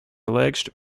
alleged